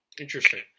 Interesting